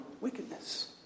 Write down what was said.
wickedness